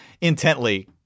intently